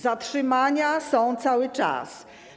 Zatrzymania są cały czas.